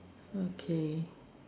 okay